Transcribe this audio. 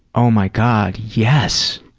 oh, my god, yes,